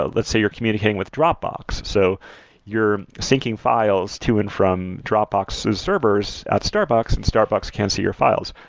ah let's say you're communicating with dropbox. so you're syncing files to and from dropbox's servers at starbucks and starbucks can't see your files,